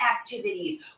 activities